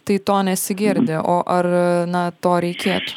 tai to nesigirdi o ar na to reikėtų